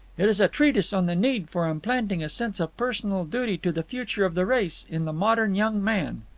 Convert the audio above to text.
it is a treatise on the need for implanting a sense of personal duty to the future of the race in the modern young man.